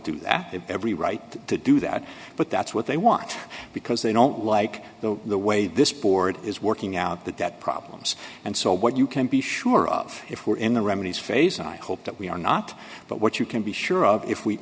have every right to do that but that's what they want because they don't like the way this board is working out the debt problems and so what you can be sure of if we're in the remedies phase i hope that we are not but what you can be sure of if we